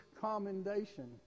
commendation